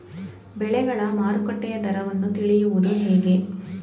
ಬೆಳೆಗಳ ಮಾರುಕಟ್ಟೆಯ ದರವನ್ನು ತಿಳಿಯುವುದು ಹೇಗೆ?